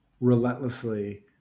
relentlessly